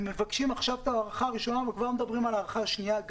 הם מבקשים עכשיו את ההארכה הראשונה וכבר מדברים על ההארכה השנייה.